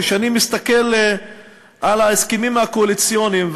כשאני מסתכל על ההסכמים הקואליציוניים,